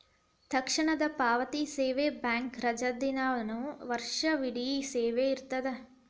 ತಕ್ಷಣದ ಪಾವತಿ ಸೇವೆ ಬ್ಯಾಂಕ್ ರಜಾದಿನಾನು ವರ್ಷವಿಡೇ ಸೇವೆ ಇರ್ತದ